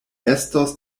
estos